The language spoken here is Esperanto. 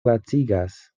lacigas